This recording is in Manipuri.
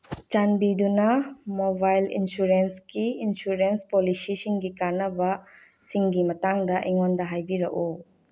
ꯆꯥꯟꯕꯤꯗꯨꯅ ꯃꯣꯕꯥꯏꯜ ꯏꯟꯁꯨꯔꯦꯟꯁꯀꯤ ꯏꯟꯁꯨꯔꯦꯟꯁ ꯄꯣꯂꯤꯁꯤꯁꯤꯡꯒꯤ ꯀꯥꯅꯕꯁꯤꯡꯒꯤ ꯃꯇꯥꯡꯗ ꯑꯩꯉꯣꯟꯗ ꯍꯥꯏꯕꯤꯔꯛꯎ